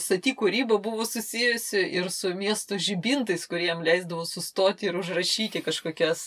sati kūryba buvo susiejusi ir su miestų žibintais kurie jam leisdavo sustoti ir užrašyti kažkokias